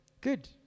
Good